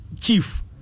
chief